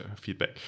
feedback